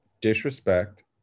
disrespect